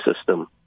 system